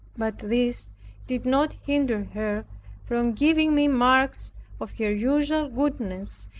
but this did not hinder her from giving me marks of her usual goodness,